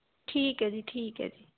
ਠੀਕ ਹੈ ਜੀ ਠੀਕ ਹੈ ਜੀ